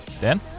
Dan